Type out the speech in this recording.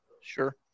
Sure